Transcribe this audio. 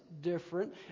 different